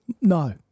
No